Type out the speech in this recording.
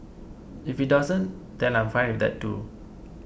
if it doesn't then I'm fine with that too